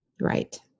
Right